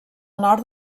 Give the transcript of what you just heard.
nord